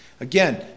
Again